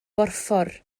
borffor